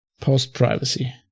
post-privacy